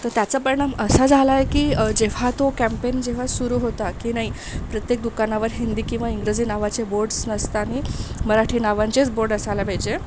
तर त्याचा परिणाम असा झाला आहे की जेव्हा तो कॅम्पेन जेव्हा सुरू होता की नाही प्रत्येक दुकानावर हिंदी किंवा इंग्रजी नावाचे बोर्ड्स नसतानी मराठी नावांचेच बोर्ड असायला पाहिजे